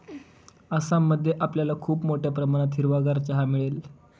आसाम मध्ये आपल्याला खूप मोठ्या प्रमाणात हिरवागार चहा मिळेल